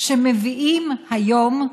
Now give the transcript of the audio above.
שמביאים היום,